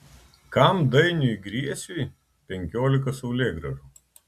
kam dainiui griesiui penkiolika saulėgrąžų